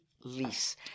lease